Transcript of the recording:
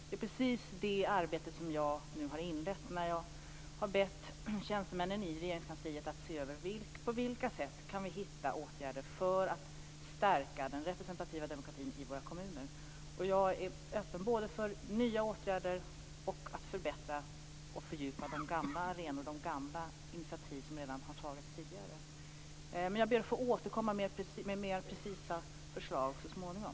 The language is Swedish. Det är precis det arbete som jag nu har inlett när jag har bett tjänstemännen i Regeringskansliet att se över på vilka sätt vi kan hitta åtgärder för att stärka den representativa demokratin i våra kommuner. Jag är öppen för både nya åtgärder och för att förbättra och fördjupa de gamla arenorna och de gamla initiativ som redan har tagits tidigare. Jag ber att få återkomma med mera precisa förslag så småningom.